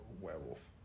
werewolf